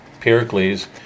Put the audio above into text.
Pericles